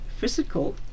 physical